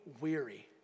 weary